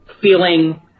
feeling